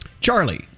Charlie